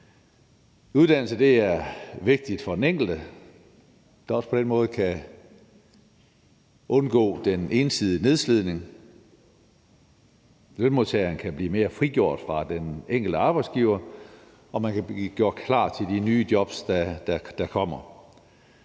Uddannelse er vigtigt for den enkelte, der også på den måde kan undgå den ensidige nedslidning. Lønmodtageren kan blive mere frigjort fra den enkelte arbejdsgiver og kan blive gjort klar til de nye jobs, der kommer.